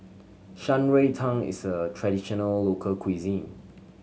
Shan Rui Tang is a traditional local cuisine